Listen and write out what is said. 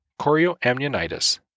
chorioamnionitis